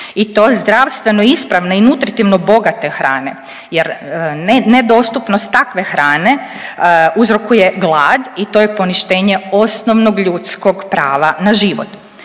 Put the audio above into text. i to zdravstveno ispravne i nutritivno bogate hrane jer ne, nedostupnost takve hrane uzrokuje glad i to je poništenje osnovnog ljudskog prava na život.